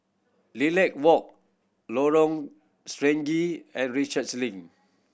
Lilac Walk Lorong Stangee and Research Link